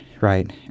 right